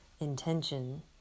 intention